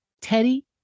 Teddy